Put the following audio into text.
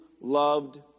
loved